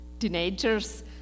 teenagers